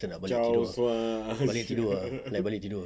kita nak balik tidur balik tidur ah nak balik tidur